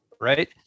right